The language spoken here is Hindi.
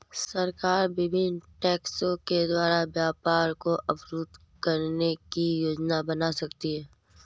सरकार विभिन्न टैक्सों के द्वारा व्यापार को अवरुद्ध करने की योजना बना सकती है